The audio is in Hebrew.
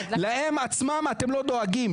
להם עצמם אתם לא דואגים.